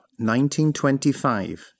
1925